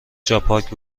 جاپارک